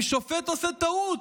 אם שופט עושה טעות,